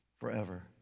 forever